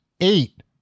Eight